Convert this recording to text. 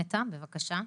נטע, בבקשה.